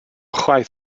chwaith